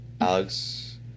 Alex